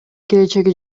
келечеги